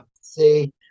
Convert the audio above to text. See